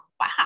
wow